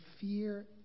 fear